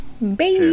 Baby